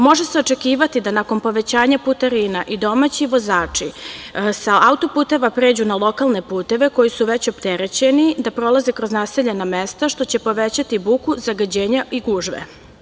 Može se očekivati da nakon povećanja putarina i domaći vozači sa autoputeva pređu na lokalne puteve koji su već opterećeni, da prolaze kroz naseljena mesta, što će povećati buku, zagađenja i gužve.